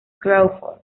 crawford